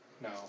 No